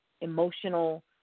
emotional